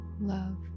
love